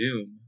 Doom